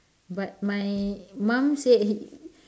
but my mum said